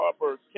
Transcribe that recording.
Harper